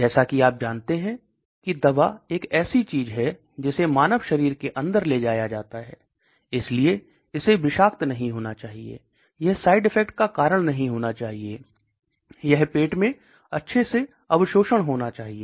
जैसा कि आप जानते हैं कि दवा एक ऐसी चीज है जिसे मानव शरीर के अंदर ले जाया जाता है इसलिए इसे विषाक्त नहीं होना चाहिए यह साइड इफेक्ट का कारण नहीं होना चाहिए यह पेट में अच्छे से अवशोषण होना चाहिए